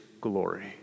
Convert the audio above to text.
glory